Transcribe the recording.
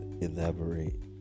Elaborate